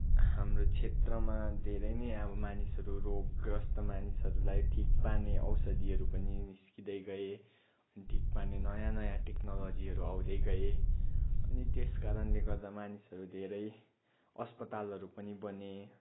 हाम्रो क्षेत्रमा धेरै नै अब मानिसहरू रोगग्रस्त मानिसहरूलाई ठिक पार्ने औषधिहरू पनि निस्किँदै गए ठिक पार्ने नयाँ नयाँ टेक्नोलोजीहरू आउँदै गए अनि त्यस कारणले गर्दा मानिसहरू धेरै अस्पतालहरू पनि बने